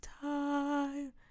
time